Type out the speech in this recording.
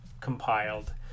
compiled